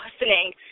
listening